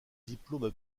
diplômes